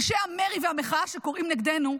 אנשי המרי והמחאה שקוראים נגדנו,